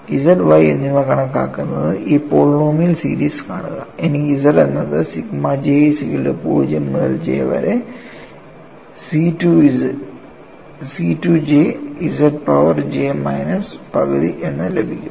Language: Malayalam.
Z Y എന്നിവ കണക്കാക്കുന്നത് ഈ പോളിനോമിയൽ സീരീസ് കാണുക എനിക്ക് Z എന്നത് സിഗ്മ j 0 മുതൽ J വരെ C 2 j z power j minus പകുതി എന്ന് ലഭിക്കും